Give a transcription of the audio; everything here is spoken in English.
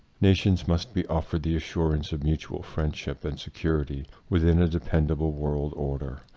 nations must be offered the assurance of mutual friendship and security within a dependable world order.